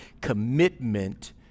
commitment